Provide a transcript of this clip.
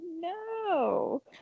No